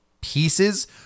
pieces